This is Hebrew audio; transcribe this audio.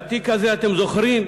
והתיק הזה, אתם זוכרים,